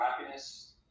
happiness